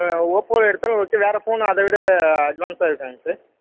ஆ ஓப்போல எடுத்தாலும் ஓகே வேறு ஃபோன் அதை விட அட்வான்ஸாக இருக்காங்க சார்